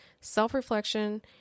Self-reflection